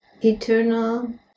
Eternal